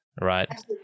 right